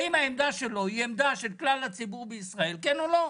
האם העמדה שלו היא עמדה של כלל הציבור בישראל כן או לא?